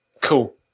Cool